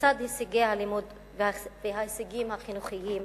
לצד הישגי הלימוד וההישגים החינוכיים,